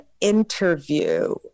interview